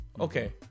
Okay